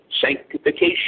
sanctification